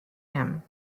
him